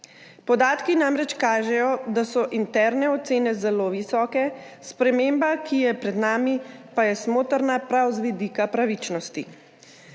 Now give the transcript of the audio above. Podatki namreč kažejo, da so interne ocene zelo visoke, sprememba, ki je pred nami, pa je smotrna prav z vidika pravičnosti.